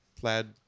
plaid